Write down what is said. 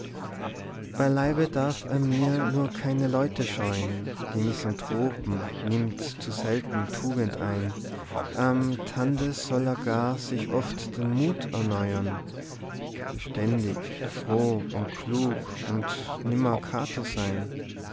beileibe darf er mir nur keine leute scheuen die misanthropen nimmt zu selten tugend ein am tande soll er gar sich oft den mut erneuern beständig froh und klug und nimmer cato sein